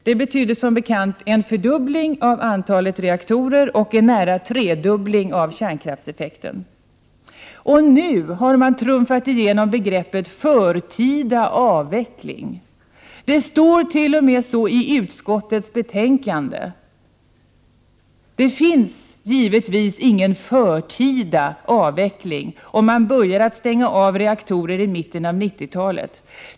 Det betydde som bekant en fördubbling av antalet reaktorer och nästan en tredubbling av kärnkraftseffekten. Och nu har man trumfat igenom begreppet ”förtida avveckling”. Det står såt.o.m. i utskottets betänkande! Det finns givetvis ingen förtida avveckling, om man börjar stänga av reaktorer i mitten av 1990-talet.